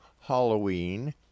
Halloween